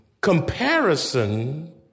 Comparison